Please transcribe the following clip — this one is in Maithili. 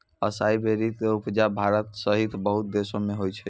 असाई वेरी के उपजा भारत सहित बहुते देशो मे होय छै